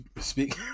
speak